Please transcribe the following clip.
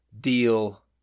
deal